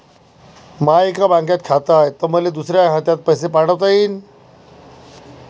माय एका बँकेत खात हाय, त मले दुसऱ्या खात्यात पैसे कसे पाठवता येईन?